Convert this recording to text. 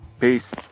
Peace